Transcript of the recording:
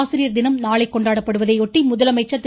ஆசிரியர் தினம் நாளை கொண்டாடப்படுவதை ஒட்டி முதலமைச்சர் திரு